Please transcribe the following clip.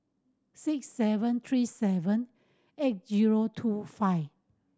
six seven three seven eight zero two five